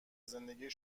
زندگی